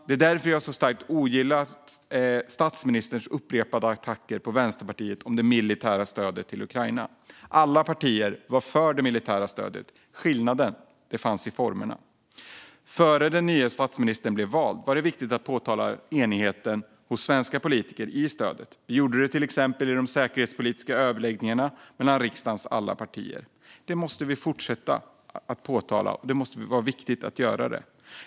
Det är därför jag så starkt ogillar statsministerns upprepade attacker på Vänsterpartiet om det militära stödet till Ukraina. Alla partier var för det militära stödet. Skillnaden fanns i formerna. Innan den nye statsministern blev vald var det viktigt att framhålla enigheten hos svenska politiker i stödet. Det gjorde vi till exempel i de säkerhetspolitiska överläggningarna mellan riksdagens alla partier. Det måste vi fortsätta att göra. Det är viktigt att göra det.